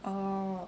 orh